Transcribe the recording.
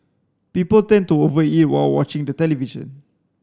people tend to over eat while watching the television